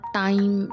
time